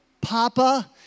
Papa